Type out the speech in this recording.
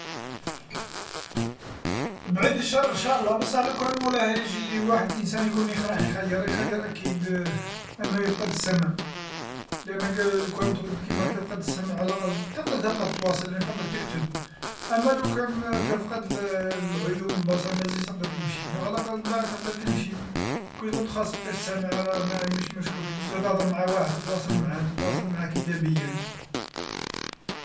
بعيد الشر ان شاء الله بصح لو كان مولاها يجي واحد الإنسان يكون راح يخير يخير اكيد انه يفقد السمع، لأنك لوكان تعود كيما هاك تفقد السمع على الأقل تقدر تبقى تواصل لأنك تقدر تكتب، أما لو كان تفقد العيون البصر ما تزيدش تقدر تمشي، على الأقل مبعد تقدر تمشي، كي تعود خاصك السمع ما مش مشكل كي تجي راح تهضر مع واحد تتواصل معاه تتواصل معاه كتابيا.